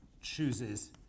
chooses